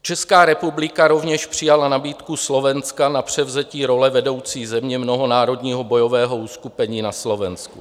Česká republika rovněž přijala nabídku Slovenska na převzetí role vedoucí země mnohonárodního bojového uskupení na Slovensku.